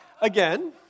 Again